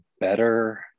better